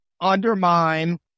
undermine